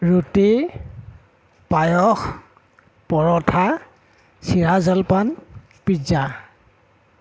ৰুটি পায়স পৰঠা চিৰা জলপান পিজ্জা